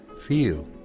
feel